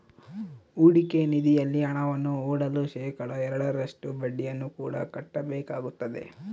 ಹೂಡಿಕೆ ನಿಧಿಯಲ್ಲಿ ಹಣವನ್ನು ಹೂಡಲು ಶೇಖಡಾ ಎರಡರಷ್ಟು ಬಡ್ಡಿಯನ್ನು ಕೂಡ ಕಟ್ಟಬೇಕಾಗುತ್ತದೆ